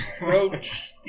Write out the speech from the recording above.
approach